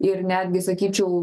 ir netgi sakyčiau